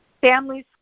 Families